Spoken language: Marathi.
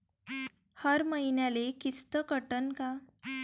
हर मईन्याले किस्त कटन का?